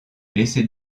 blessé